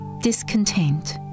discontent